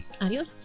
Adios